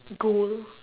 gold